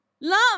love